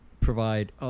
provide